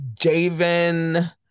Javen